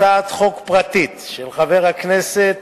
הצעת חוק פרטית של חבר הכנסת